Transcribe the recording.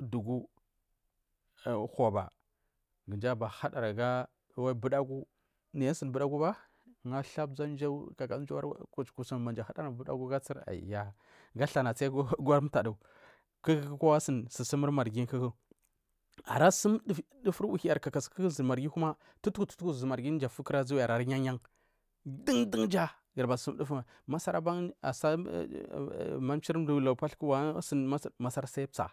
uvdugu uhuba kumji ahuri hadari aga ubudagu budagu nayi asuni budaguba kaka manji ahadaran aga snjagu maja hadargu budagu aga tsur aya gathana tsigu ivuri mtadu kuku kowa asuni aburi sur sumun marghi ara sumdufuri uhuwi kuku tutuku zur marghi du mdu afiya kurari azuwi ara yan yan dun dunja aragadubari dufu masar aban asa mamchir mdu lagu pathu wan asuni masar, masar sai tsar.